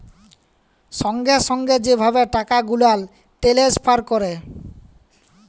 সঙ্গে সঙ্গে যে ভাবে টাকা গুলাল টেলেসফার ক্যরে